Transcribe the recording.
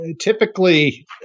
typically